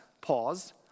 pause